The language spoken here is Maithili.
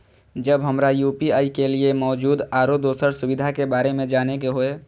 जब हमरा यू.पी.आई के लिये मौजूद आरो दोसर सुविधा के बारे में जाने के होय?